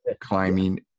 climbing